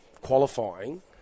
qualifying